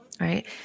right